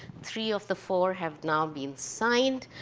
three of the four have now been signed.